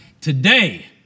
today